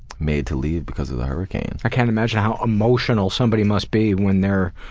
made to leave because of the hurricane. i can't imagine how emotional somebody must be when they're